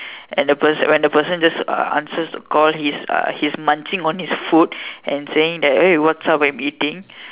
and person when the person just answers the call he's uh he's munching on his food and saying that hey what's up I'm eating